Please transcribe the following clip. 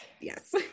yes